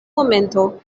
momento